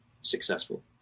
successful